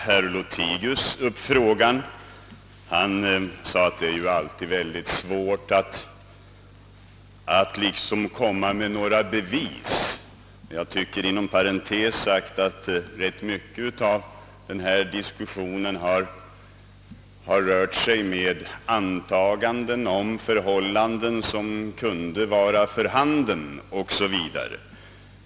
Herr Lothigius sade att det alltid är mycket svårt att komma med några bevis för påståenden att en fråga hanteras olämpligt. Jag tycker inom parentes sagt att ganska mycket av denna diskussion har rört sig med antaganden om förhållanden som kunde vara för handen osv.